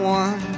one